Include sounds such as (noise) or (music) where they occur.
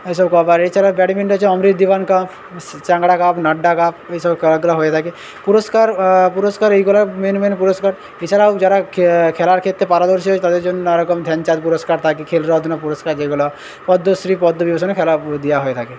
এইসব (unintelligible) এছাড়াও badminton (unintelligible) cup চ্যাংরা কাপ নাড্ডা কাপ এসব কাপগুলো হয়ে থাকে পুরস্কার পুরস্কার এইগুলা মেন মেন পুরস্কার এছাড়াও যারা খেলার ক্ষেত্রে পারদর্শী হয় তাদের জন্য নানা রকম ধ্যানচাঁদ পুরস্কার থাকে খেলরত্ন পুরস্কার যেগুলো পদ্মশ্রী পদ্মবিভূষণও (unintelligible) দিয়া হয়ে থাকে